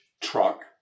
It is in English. truck